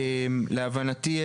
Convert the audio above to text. להבנתי,